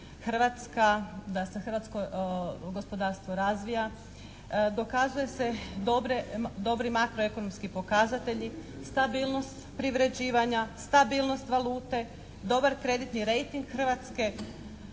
hrvatsko gospodarstvo razvija. Pokazuje se dobre, dobri makroekonomski pokazatelji, stabilnost privređivanja, stabilnost valute, dobar kreditni rejting Hrvatske,